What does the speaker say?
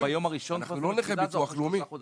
ביום הראשון --- אנחנו לא נכי הביטוח הלאומי.